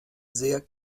sehr